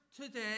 today